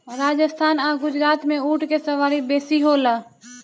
राजस्थान आ गुजरात में ऊँट के सवारी बेसी होला